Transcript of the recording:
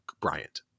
Bryant